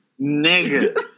nigga